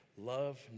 Love